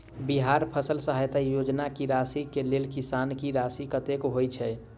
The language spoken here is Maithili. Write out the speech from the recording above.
बिहार फसल सहायता योजना की राशि केँ लेल किसान की राशि कतेक होए छै?